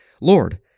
Lord